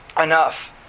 enough